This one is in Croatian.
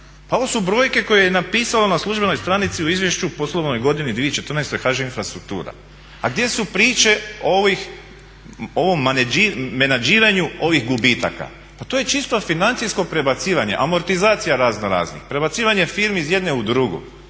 Pa ovo su brojke koje je napisao na službenoj stranici u izvješću u poslovnoj godini 2014. HŽ Infrastruktura, a gdje su priče o ovom menadžiranju ovih gubitaka. Pa to je čisto financijsko prebacivanje, amortizacija raznoraznih, prebacivanje firmi iz jedne u drugu.